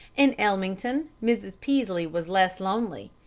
in ellmington mrs. peaslee was less lonely,